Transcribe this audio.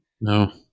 no